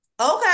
Okay